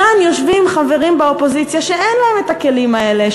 כאן יושבים חברים באופוזיציה שאין להם הכלים האלה,